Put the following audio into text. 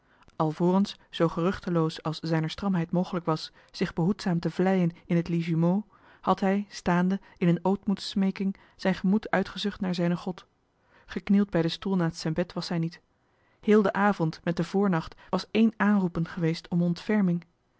alvorens zoo geruchteloos als zijner stramheid mogelijk was zich behoedzaam te vlijen in het lit jumeau had hij staande in een ootmoedssmeeking zijn gemoed uitgezucht naar zijnen god geknield bij den stoel naast zijn bed was hij niet heel de avond met den voornacht was één aanroepen geweest om ontferming